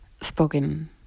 spoken